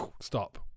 stop